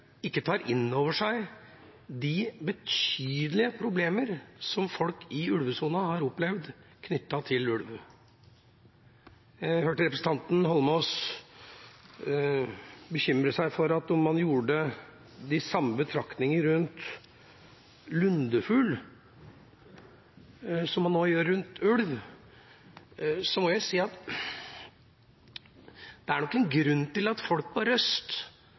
ulvesona har opplevd knyttet til ulv. Jeg hørte representanten Holmås bekymret seg for hva om man gjorde de samme betraktningene rundt lundefugl som man nå gjør rundt ulv. Da må jeg si at det er nok en grunn til at folk på Røst